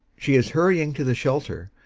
she is hurrying to the shelter,